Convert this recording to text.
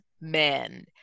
Men